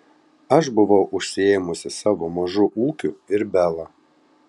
aš buvau užsiėmusi savo mažu ūkiu ir bela